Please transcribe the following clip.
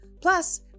Plus